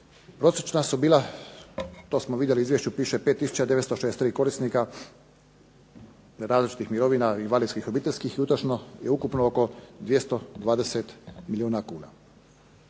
prosječna su bila, to smo vidjeli u izvješću piše 5963 korisnika različitih mirovina, invalidskih i obiteljskih i utrošeno je ukupno oko 220 milijuna kuna.